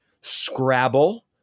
scrabble